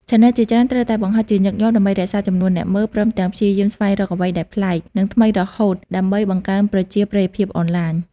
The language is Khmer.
ឆានែលជាច្រើនត្រូវតែបង្ហោះជាញឹកញាប់ដើម្បីរក្សាចំនួនអ្នកមើល ព្រមទាំងព្យាយាមស្វែងរកអ្វីដែលប្លែក និងថ្មីរហូតដើម្បីបង្កើនប្រជាប្រិយភាពអនឡាញ។